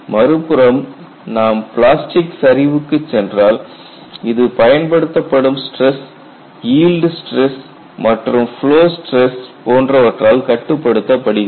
மறுபுறம் நாம் பிளாஸ்டிக் சரிவுக்குச் சென்றால் இது பயன்படுத்தப்படும் ஸ்டிரஸ் ஈல்டு ஸ்டிரஸ் மற்றும் ஃப்லோ ஸ்டிரஸ் போன்றவற்றால் கட்டுப்படுத்தப்படுகிறது